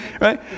Right